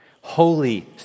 holy